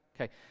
Okay